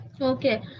Okay